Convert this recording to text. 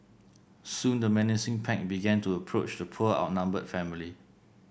soon the menacing pack began to approach the poor outnumbered family